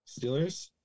Steelers